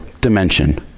dimension